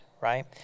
right